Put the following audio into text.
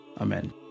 Amen